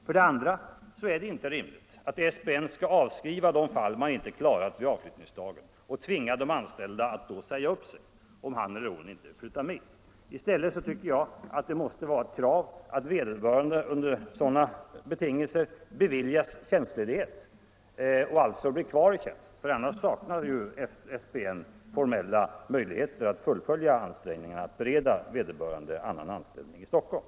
För det andra är det inte rimligt att SPN skall avskriva de fall man inte klarat vid avflyttningsdagen och tvinga den anställde att säga upp sig om han eller hon inte vill flytta med. I stället bör vederbörande Nr 77 under sådana betingelser beviljas tjänstledighet vilket ju också är den Måndagen den enda formella möjligheten för SPN att fullfölja ansträngningarna att be 12 maj 1975 reda vederbörande annan anställning i Stockholm.